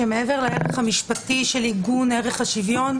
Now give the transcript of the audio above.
שמעבר לערך המשפטי של עיגון ערך השוויון,